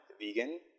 vegan